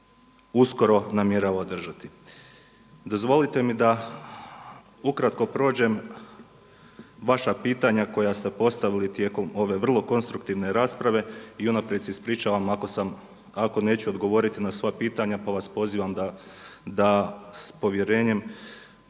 uskoro namjerava održati. Dozvolite mi da ukratko prođem vaša pitanja koja ste postavili tijekom ove vrlo konstruktivne rasprave i unaprijed se ispričavam ako neću odgovoriti na sva pitanja pa vas pozivam da s povjerenjem,